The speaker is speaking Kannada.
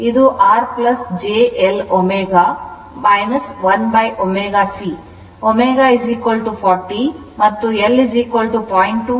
ಇದು R j L 1ω C ω 40 ಮತ್ತು L 0